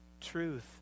truth